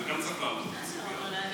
זה גם, התמודדנו עם,